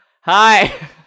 Hi